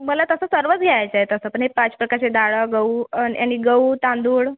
मला तसं सर्वच घ्यायचं आहे तसं पण हे पाच प्रकारचे डाळ गहू आणि यानी गहू तांदूळ